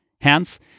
Hence